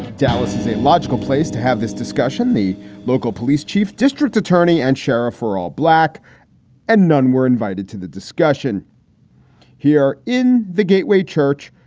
dallas is a logical place to have this discussion the local police chief, district attorney and sheriff for all black and none were invited to the discussion here in the gateway church.